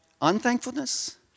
unthankfulness